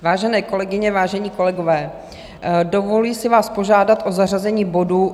Vážené kolegyně, vážení kolegové, dovoluji si vás požádat o zařazení bodu